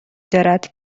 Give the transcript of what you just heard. دارد